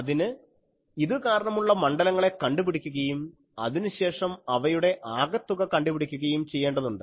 അതിന് ഇതു കാരണമുള്ള മണ്ഡലങ്ങളെ കണ്ടുപിടിക്കുകയും അതിനുശേഷം അവയുടെ ആകെത്തുക കണ്ടുപിടിക്കുകയും ചെയ്യേണ്ടതുണ്ട്